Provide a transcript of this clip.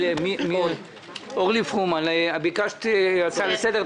אורלי פרומן, ביקשת הצעה לסדר.